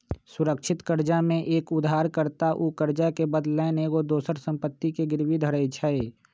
सुरक्षित करजा में एक उद्धार कर्ता उ करजा के बदलैन एगो दोसर संपत्ति के गिरवी धरइ छइ